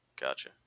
Gotcha